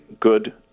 good